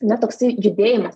na toksai judėjimas